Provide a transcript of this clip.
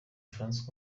francois